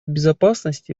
безопасности